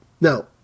now